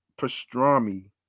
Pastrami